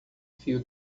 fio